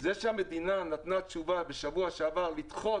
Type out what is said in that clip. זה שהמדינה נתנה תשובה בשבוע שבעבר לדחות